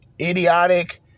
idiotic